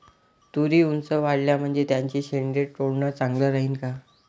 तुरी ऊंच वाढल्या म्हनजे त्याचे शेंडे तोडनं चांगलं राहीन का?